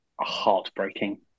heartbreaking